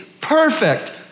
perfect